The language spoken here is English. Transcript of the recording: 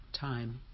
time